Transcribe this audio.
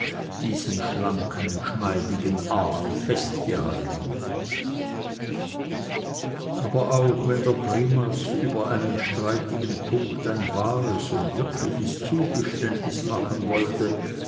diesen schlanken schmeidigen aal festgehalten aber auch wenn der primas über einen streitigen punkt ein wahres und wirkliches zugeständnis machen wollte